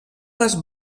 les